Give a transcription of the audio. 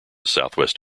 southwest